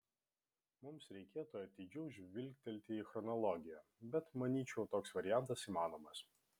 mums reikėtų atidžiau žvilgtelėti į chronologiją bet manyčiau toks variantas įmanomas